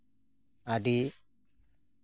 ᱟᱹᱰᱤ